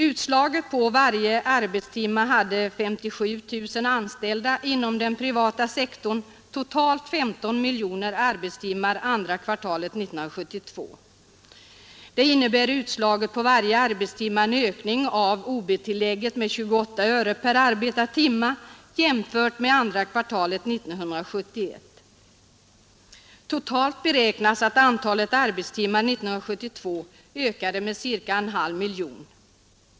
Inom den privata sektorn hade 57 000 anställda totalt 15 miljoner arbetstimmar andra kvartalet 1972. Det innebär utslaget på varje arbetstimma en ökning av ob-tillägget med 28 öre jämfört med andra kvartalet 1971. Totalt beräknas att antalet arbetstimmar 1972 ökade med ca en halv miljon.